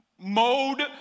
mode